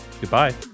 Goodbye